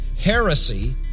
heresy